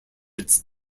its